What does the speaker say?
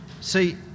See